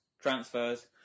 transfers